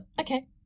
okay